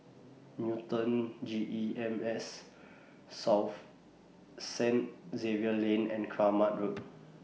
Newton G E M S South Saint Xavier's Lane and Kramat Road